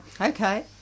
Okay